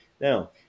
Now